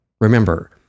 Remember